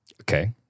Okay